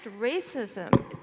racism